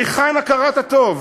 היכן הכרת הטוב?